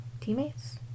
teammates